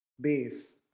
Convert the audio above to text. base